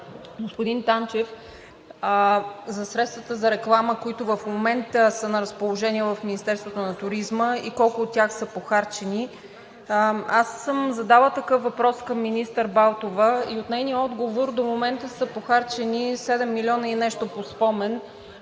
господин Данчев, на средствата за реклама, които в момента са на разположение в Министерството на туризма и колко от тях са похарчени, аз съм задала такъв въпрос към министър Балтова и от нейния отговор до момента са похарчени 7 милиона и нещо - по спомен,